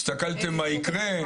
הסתכלתם מה יקרה?